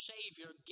Savior